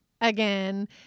again